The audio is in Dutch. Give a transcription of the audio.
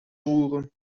roeren